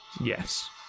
Yes